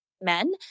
men